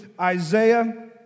Isaiah